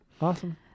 Awesome